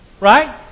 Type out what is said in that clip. Right